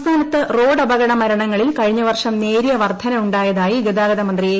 സംസ്ഥാനത്ത് റോഡപകട മരണങ്ങളിൽ കഴിഞ്ഞ വർഷം നേരിയ വർദ്ധന ഉണ്ടായതായി ഗതാഗതമന്ത്രി എ